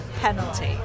penalty